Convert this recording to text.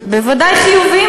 בוודאי חיוביים,